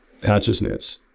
consciousness